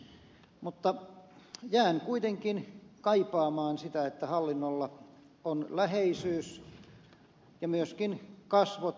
mutta jään kuitenkin kaipaamaan sitä että hallinnolla on läheisyys ja myöskin kasvot